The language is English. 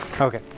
Okay